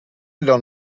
done